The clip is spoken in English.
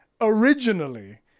originally